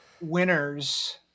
winners